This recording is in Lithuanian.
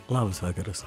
labas vakaras